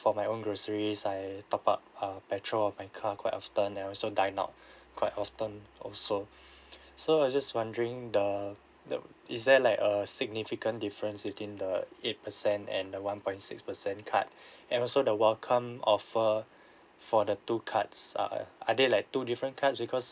for my own groceries I top up uh petrol on my car quite often and also dine out quite often also so I just wondering the the it's there like a significant difference between the eight percent and the one point six percent card and also the welcome offer for the two cards uh are they like two different cards because